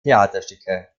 theaterstücke